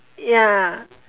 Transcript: ya